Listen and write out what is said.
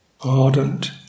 ardent